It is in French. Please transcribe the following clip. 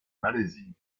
malaisie